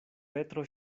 petro